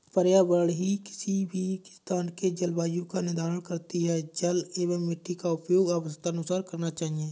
पर्यावरण ही किसी भी स्थान के जलवायु का निर्धारण करती हैं जल एंव मिट्टी का उपयोग आवश्यकतानुसार करना चाहिए